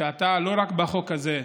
אתה פעלת לא רק בחוק הזה.